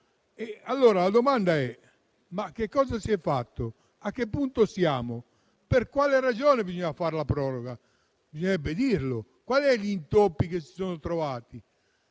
mezzo. La domanda allora è cosa si è fatto: a che punto siamo? Per quale ragione bisogna fare la proroga? Bisognerebbe dirlo. Quali intoppi si sono trovati?